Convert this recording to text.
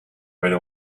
right